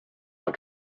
not